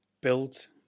built